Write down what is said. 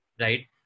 right